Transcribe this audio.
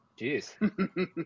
Jeez